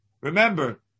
Remember